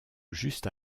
juste